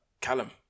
Callum